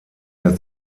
der